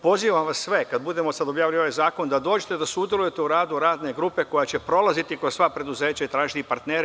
Pozivam vas sve kada budemo objavili ovaj zakon da dođete da sudelujete u radu radne grupe koja će prolaziti kroz sva preduzeća i tražiti partnere.